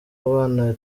abana